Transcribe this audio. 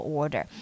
order